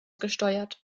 gesteuert